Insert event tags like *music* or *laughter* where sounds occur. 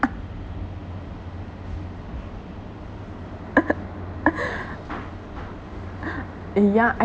*laughs* yeah I